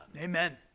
amen